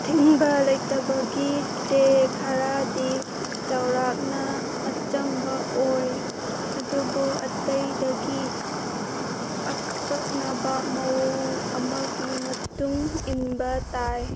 ꯑꯊꯤꯡꯕ ꯂꯩꯇꯕꯒꯤ ꯆꯦ ꯈꯔꯗꯤ ꯆꯥꯎꯔꯛꯅ ꯑꯆꯝꯕ ꯑꯣꯏ ꯑꯗꯨꯕꯨ ꯑꯇꯩꯗꯒꯤ ꯑꯀꯛꯅꯕ ꯃꯑꯣꯡ ꯑꯃꯒꯤ ꯃꯇꯨꯡ ꯏꯟꯕ ꯇꯥꯏ